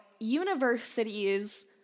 universities